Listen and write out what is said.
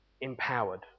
empowered